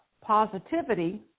positivity